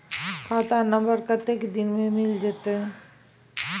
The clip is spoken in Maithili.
खाता नंबर कत्ते दिन मे मिल जेतै?